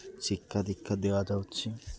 ଶିକ୍ଷା ଦୀକ୍ଷା ଦିଆଯାଉଛି